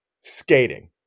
Skating